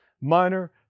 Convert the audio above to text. Minor